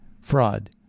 fraud